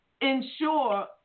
ensure